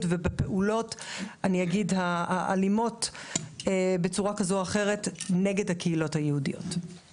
ובפעולות האלימות בצורה כזו או אחרת נגד הקהילות היהודיות.